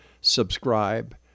subscribe